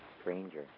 stranger